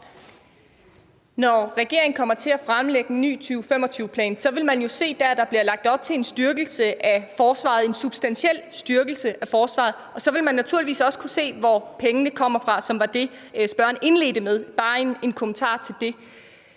Når regeringen kommer til at fremlægge en ny 2025-plan, vil man jo se der, at der bliver lagt op til en styrkelse af forsvaret – en substantiel styrkelse af forsvaret – og så vil man naturligvis også kunne se, hvor pengene kommer fra, som var det, spørgeren indledte med. Det var bare en kommentar til det.